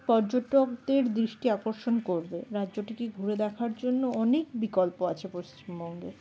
পর্যটকদের দৃষ্টি আকর্ষণ করবে রাজ্যটিকে ঘুরে দেখার জন্য অনেক বিকল্প আছে পশ্চিমবঙ্গে